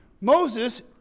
Moses